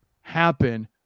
happen